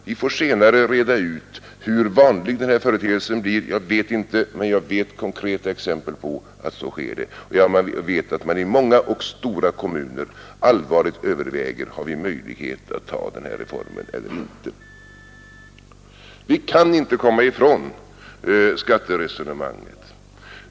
Vi får senare reda ut hur vanlig den här företeelsen blir; jag vet det inte, men jag känner till konkreta exempel på att detta händer och att man i många kommuner, även bland de stora, allvarligt överväger: Har vi möjlighet att ta den här reformen eller inte? Vi kan inte komma ifrån skatteresonemanget.